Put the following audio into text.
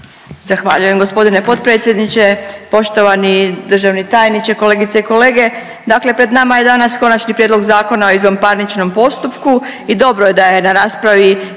Zahvaljujem gospodine potpredsjedniče. Poštovani državni tajniče, kolegice i kolege, dakle pred nama je danas Konačni prijedlog Zakona o izvanparničnom postupku i dobro je da je na raspravi